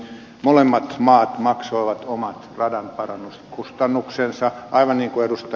molemmat maat maksoivat omat radanparannuskustannuksensa aivan niin kuin ed